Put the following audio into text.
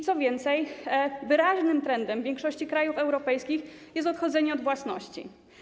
Co więcej, wyraźnym trendem w większości krajów europejskich jest odchodzenie od własności.